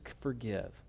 forgive